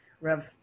Rev